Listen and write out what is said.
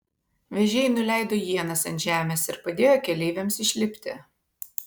vežėjai nuleido ienas ant žemės ir padėjo keleiviams išlipti